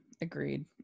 agreed